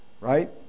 Right